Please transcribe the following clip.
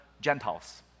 Gentiles